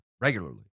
regularly